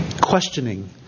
Questioning